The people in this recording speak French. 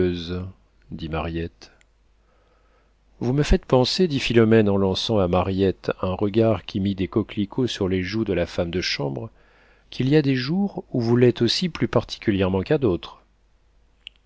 vous me faites penser dit philomène en lançant à mariette un regard qui mit des coquelicots sur les joues de la femme de chambre qu'il y a des jours où vous l'êtes aussi plus particulièrement qu'à d'autres